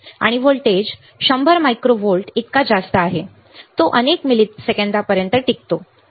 आणि voltage 100 microvolt इतका जास्त आहे जो अनेक मिलिसेकंदांपर्यंत टिकतो